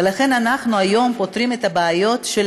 ולכן היום אנחנו פותרים את הבעיות של